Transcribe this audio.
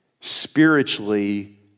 Spiritually